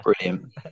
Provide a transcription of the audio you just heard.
Brilliant